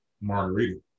margarita